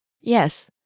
Yes